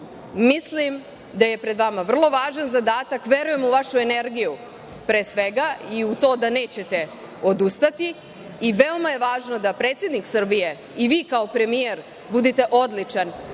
Mislim da je pred vama vrlo važan zadatak. Verujem u vašu energiju, pre svega, i u to da nećete odustati. Veoma je važno da predsednik Srbije i vi kao premijer budete odličan,